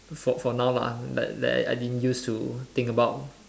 for for now lah like like I didn't used to think about